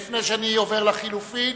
לפני שאני עובר לחלופין,